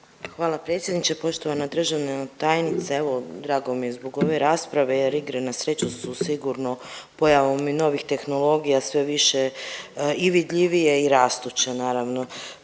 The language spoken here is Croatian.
Hvala predsjedniče, poštovana državna tajnice, evo, drago mi je zbog ove rasprave jer igre na sreću su sigurno pojavom i novih tehnologija sve više i vidljivije i rastuće, naravno.